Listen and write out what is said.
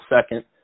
second